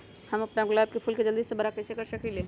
हम अपना गुलाब के फूल के जल्दी से बारा कईसे कर सकिंले?